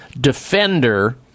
defender